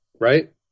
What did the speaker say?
right